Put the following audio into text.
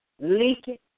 leaking